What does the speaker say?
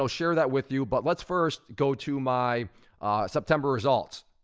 so share that with you, but let's first go to my september results.